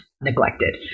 neglected